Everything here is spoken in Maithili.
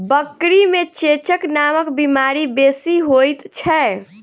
बकरी मे चेचक नामक बीमारी बेसी होइत छै